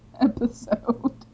episode